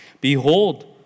Behold